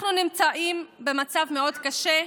אנחנו נמצאים במצב קשה.